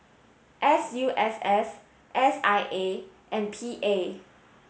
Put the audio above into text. S U S S S I A and P A